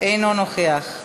אינו נוכח,